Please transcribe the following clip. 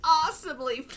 awesomely